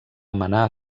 manar